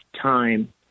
time